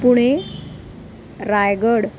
Pune Raigad